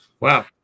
Wow